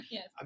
Yes